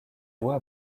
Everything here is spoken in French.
voies